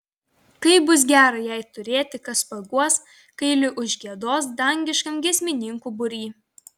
kaip bus gera jai turėti kas paguos kai li užgiedos dangiškam giesmininkų būry